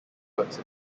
works